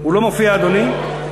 הוא לא מופיע, אדוני.